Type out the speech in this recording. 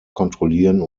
kontrollieren